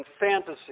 fantasy